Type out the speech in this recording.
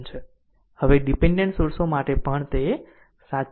હવે ડીપેન્ડેન્ટ સોર્સો માટે પણ તે સાચું છે